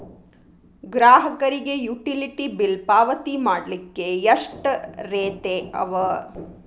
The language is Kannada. ಗ್ರಾಹಕರಿಗೆ ಯುಟಿಲಿಟಿ ಬಿಲ್ ಪಾವತಿ ಮಾಡ್ಲಿಕ್ಕೆ ಎಷ್ಟ ರೇತಿ ಅವ?